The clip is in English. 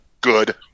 good